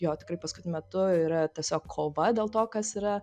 jo tikrai paskutiniu metu yra tiesiog kova dėl to kas yra